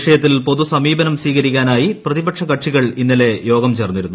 വിഷയത്തിൽ പൊതു സമീപനം സ്വീകരിക്കാനായി പ്രിപ്തിപക്ഷ കക്ഷികൾ ഇന്നലെ യോഗം ചേർന്നിരുന്നു